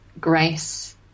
grace